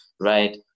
right